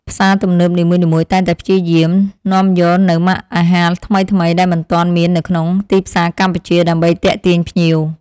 ផ្សារទំនើបនីមួយៗតែងតែព្យាយាមនាំយកនូវម៉ាកអាហារថ្មីៗដែលមិនទាន់មាននៅក្នុងទីផ្សារកម្ពុជាដើម្បីទាក់ទាញភ្ញៀវ។